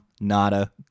Nada